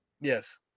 Yes